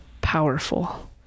powerful